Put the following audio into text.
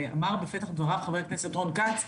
ואמר בפתח דבריו חבר הכנסת רון כץ,